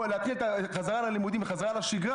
להתחיל את החזרה ללימודים וחזרה לשגרה,